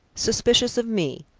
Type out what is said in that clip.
suspicious of me.